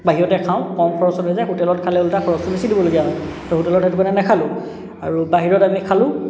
বাহিৰতে খাওঁ কম খৰচত হৈ যায় হোটেলত খালে ওলোটা খৰচটো বেছি দিবলগীয়া হয় তো হোটেলত সেইটো কাৰণে নেখালোঁ আৰু বাহিৰত আমি খালোঁ